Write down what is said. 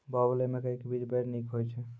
बाहुबली मकई के बीज बैर निक होई छै